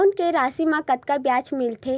Loan के राशि मा कतका ब्याज मिलथे?